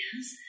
Yes